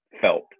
felt